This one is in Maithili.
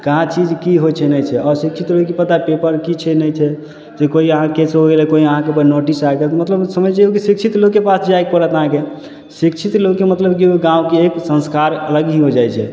का चीज कि होइ छै नहि छै आओर शिक्षित लोकके कि पता पेपरमे कि छै नहि छै जे कोइ अहाँके केस हो गेलै अहाँके कोइ नोटिस आ गेल मतलब कि समझिऔ कि शिक्षित लोकके पास जाइ पड़त अहाँके शिक्षित लोकके मतलब कि ओ गाँवके एक संस्कार अलग ही हो जाइ छै